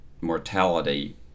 mortality